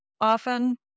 often